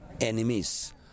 enemies